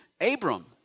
Abram